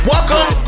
Welcome